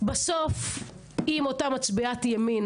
בסוף אם אותה מצביעת ימין,